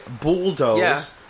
bulldoze